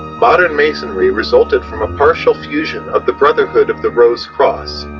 modern masonry resulted from a partial fusion of the brotherhood of the rose-cross,